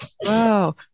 wow